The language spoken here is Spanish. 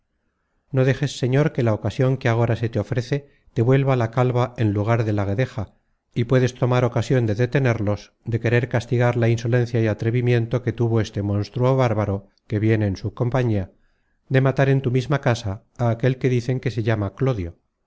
no dejes señor que la ocasion que agora se te ofrece te vuelva la calva en lugar content from google book search generated at de la guedeja y puedes tomar ocasion de detenerlos de querer castigar la insolencia y atrevimiento que tuvo este monstruo bárbaro que viene en su compañía de matar en tu misma casa á aquel que dicen que se llamaba clodio